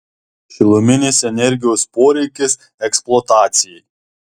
šiluminės energijos poreikis eksploatacijai